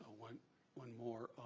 one one more.